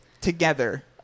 Together